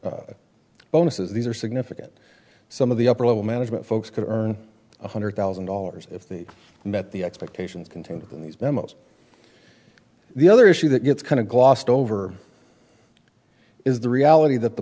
bonuses these are significant some of the upper level management folks could earn one hundred thousand dollars if they met the expectations contained within these memos the other issue that gets kind of glossed over is the reality that the